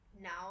now